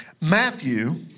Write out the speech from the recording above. Matthew